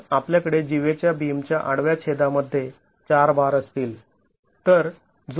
तर आपल्याकडे जीेवेच्या बीमच्या आडव्या छेदामध्ये ४ बार असतील